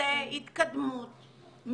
זו התקדמות,